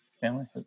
Family